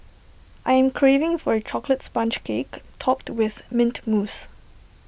I am craving for A Chocolate Sponge Cake Topped with Mint Mousse